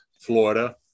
Florida